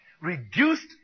reduced